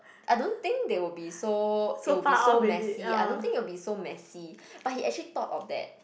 I don't think they will be so it will be so messy I don't think will be so messy but he actually thought of that